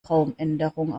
raumänderung